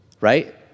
right